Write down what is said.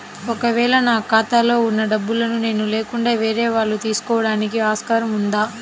ఒక వేళ నా ఖాతాలో వున్న డబ్బులను నేను లేకుండా వేరే వాళ్ళు తీసుకోవడానికి ఆస్కారం ఉందా?